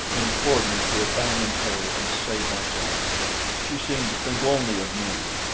implored me to abandon her and save myself she seemed to think only of me.